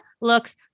looks